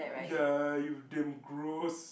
ya you damn gross